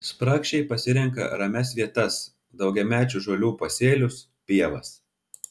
spragšiai pasirenka ramias vietas daugiamečių žolių pasėlius pievas